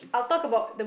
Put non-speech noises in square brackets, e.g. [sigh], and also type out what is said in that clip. [breath]